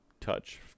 touch